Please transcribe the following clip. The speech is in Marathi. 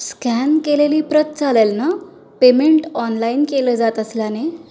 स्कॅन केलेली प्रत चालेल ना पेमेंट ऑनलाईन केलं जात असल्याने